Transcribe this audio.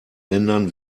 ländern